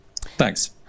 Thanks